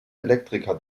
elektriker